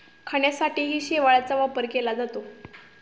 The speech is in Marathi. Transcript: खाण्यासाठीही शेवाळाचा वापर केला जातो